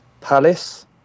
Palace